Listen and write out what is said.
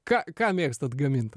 ką ką mėgstat gamint